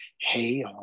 hey